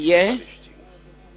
יהיה